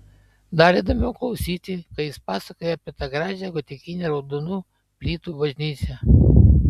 dar įdomiau klausyti kai jis pasakoja apie tą gražią gotikinę raudonų plytų bažnyčią